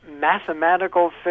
mathematical